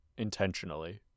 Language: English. Intentionally